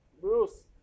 Bruce